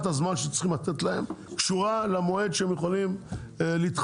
הזמן שצריכים לתת להם קשורה למועד שבו הם יכולים להתחבר.